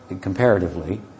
comparatively